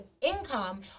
income